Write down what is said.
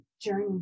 journey